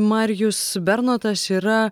marijus bernotas yra